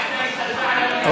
עאידה השתלטה על המליאה.